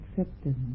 acceptance